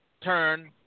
turn